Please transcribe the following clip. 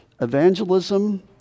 evangelism